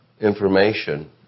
information